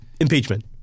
impeachment